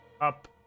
Up